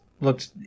looked